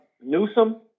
Newsom